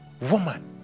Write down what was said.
woman